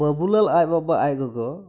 ᱵᱟᱵᱩᱞᱟᱞ ᱟᱡ ᱵᱟᱵᱟ ᱟᱡ ᱜᱚᱜᱚ